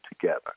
together